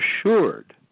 assured